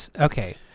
okay